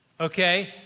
Okay